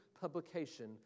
publication